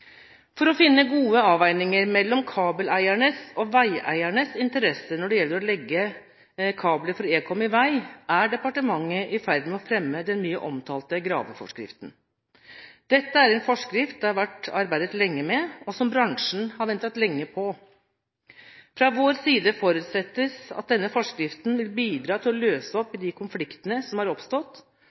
For å finne gode avveininger mellom kabeleiernes og veieiernes interesser når det gjelder å legge kabler for ekom i vei, er departementet i ferd med å fremme den mye omtalte graveforskriften. Dette er en forskrift det har vært arbeidet lenge med, og som bransjen har ventet lenge på. Fra vår side forutsettes det at denne forskriften vil bidra til å løse opp i de konfliktene som har oppstått,